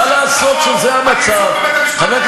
אני חושב שלא כל דבר חייב להיכתב